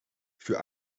für